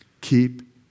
Keep